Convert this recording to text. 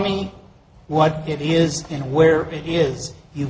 me what it is and where it is you